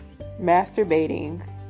masturbating